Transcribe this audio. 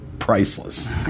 Priceless